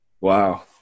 Wow